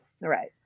right